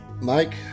Mike